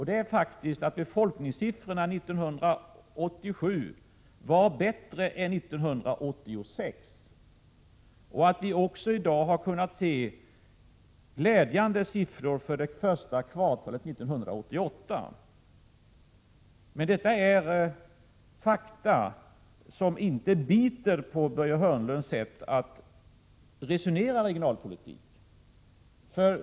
Det är ett faktum att befolkningssiffrorna var bättre 1987 än 1986 och att det även i dag finns glädjande siffror för det första kvartalet 1988. Men fakta biter inte på Börje Hörnlund när han resonerar om regionalpolitik.